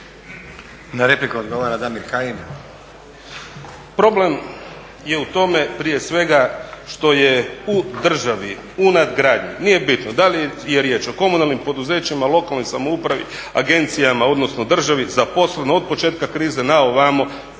Na repliku odgovara Damir Kajin. **Kajin, Damir (ID - DI)** Problem je u tome prije svega što je u državi, u nadgradnji nije bitno da li je riječ o komunalnim poduzećima, lokalnoj samoupravi, agencijama odnosno državi zaposleno od početka krize na ovamo,